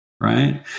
right